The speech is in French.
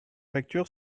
facture